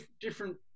different